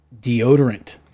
deodorant